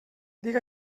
dic